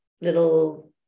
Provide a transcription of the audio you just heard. little